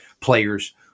players